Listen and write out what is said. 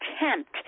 attempt